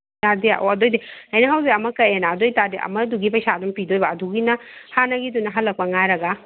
ꯌꯥꯗꯦ ꯑꯣ ꯑꯗꯨ ꯑꯣꯏꯗꯤ ꯑꯩꯅ ꯍꯧꯖꯤꯛ ꯑꯃ ꯀꯛꯑꯦꯅ ꯑꯗꯨꯏꯇꯥꯔꯗꯤ ꯑꯃꯗꯨꯒꯤ ꯄꯩꯁꯥ ꯑꯗꯨꯝ ꯄꯤꯗꯣꯏꯕ ꯑꯗꯨꯒꯤꯅ ꯍꯥꯟꯅꯒꯤꯗꯨꯅ ꯍꯟꯂꯛꯄ ꯉꯥꯏꯔꯒ